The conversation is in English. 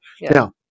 Now